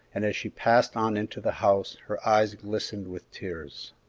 and as she passed on into the house her eyes glistened with tears.